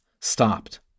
stopped